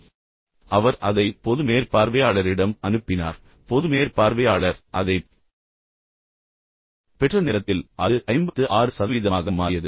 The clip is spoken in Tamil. பின்னர் அவர் அதை பொது மேற்பார்வையாளரிடம் அனுப்பினார் பொது மேற்பார்வையாளர் அதைப் பெற்ற நேரத்தில் அது 56 சதவீதமாக மாறியது